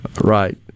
Right